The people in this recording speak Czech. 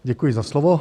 Děkuji za slovo.